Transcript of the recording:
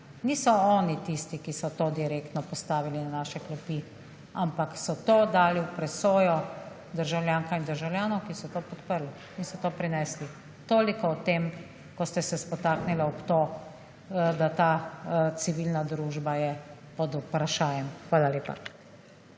niso oni tisti, ki so to direktno postavili na naše klopi, ampak so to dali v presojo državljankam in državljanom, ki so to podprli in so to prinesli. Toliko o tem, ko ste se spotaknila ob to, da ta civilna družba je pod vprašajem. Hvala lepa.